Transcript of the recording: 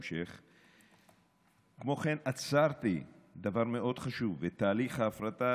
כמו גם בזכות היסוד לחופש